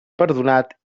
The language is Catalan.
perdonat